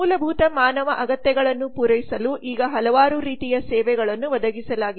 ಮೂಲಭೂತ ಮಾನವ ಅಗತ್ಯಗಳನ್ನು ಪೂರೈಸಲು ಈಗ ಹಲವಾರು ರೀತಿಯ ಸೇವೆಗಳನ್ನು ಒದಗಿಸಲಾಗಿದೆ